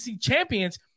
champions